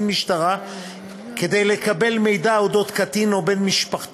משטרה כדי לקבל מהם מידע על אודות קטין או בן משפחתו,